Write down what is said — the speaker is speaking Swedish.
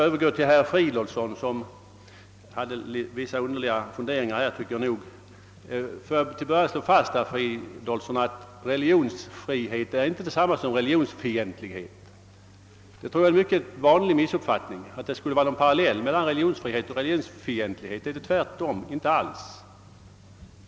Jag skulle sedan vilja övergå till herr Låt mig till en början slå fast, herr Fridolfsson, att religionsfrihet inte är detsamma som religionsfientlighet. Jag tror att det är en vanlig missuppfattning att det skulle föreligga en parallell däremellan. Det är det inte alls.